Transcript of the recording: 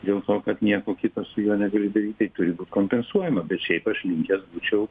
dėl to kad nieko kita su juo negali daryt tai turi būt kompensuojama bet šiaip aš linkęs būčiau